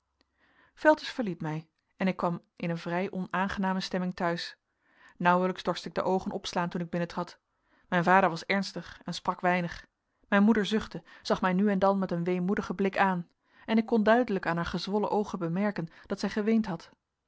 velters verliet mij en ik kwam in een vrij onaangename stemming te huis nauwelijks dorst ik de oogen opslaan toen ik binnentrad mijn vader was ernstig en sprak weinig mijn moeder zuchtte zag mij nu en dan met een weemoedigen blik aan en ik kon duidelijk aan haar gezwollen oogen bemerken dat zij geweend had